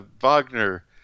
Wagner